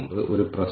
എവിടെയാണ് പ്രശ്നം